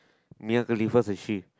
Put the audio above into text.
near the live fast like she